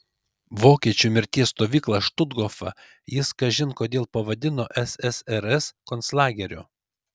vokiečių mirties stovyklą štuthofą jis kažin kodėl pavadino ssrs konclageriu